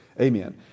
Amen